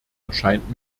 erscheint